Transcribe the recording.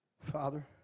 Father